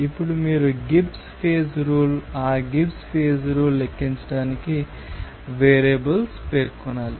ఇప్పుడు మీరు Gibbs phase rule ఆ గిబ్స్ ఫేజ్ రూల్ లెక్కించడానికి వేరియబుల్స్ పేర్కొనాలి